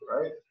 right